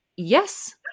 yes